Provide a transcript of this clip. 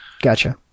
Gotcha